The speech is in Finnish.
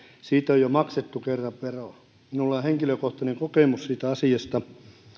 siitä perinnöstä on maksettu jo kerran vero minulla on henkilökohtainen kokemus siitä asiasta